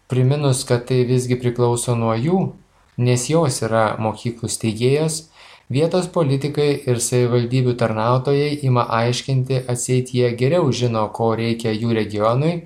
priminus kad tai visgi priklauso nuo jų nes jos yra mokyklų steigėjos vietos politikai ir savivaldybių tarnautojai ima aiškinti atseit jie geriau žino ko reikia jų regionui